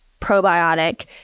probiotic